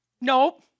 Nope